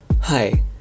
Hi